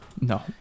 No